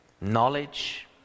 knowledge